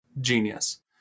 genius